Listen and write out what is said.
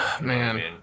Man